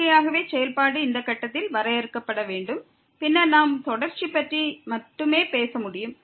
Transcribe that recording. இயற்கையாகவே செயல்பாடு இந்த கட்டத்தில் வரையறுக்கப்பட வேண்டும் பின்னர் நாம் தொடர்ச்சி பற்றி மட்டுமே பேச முடியும்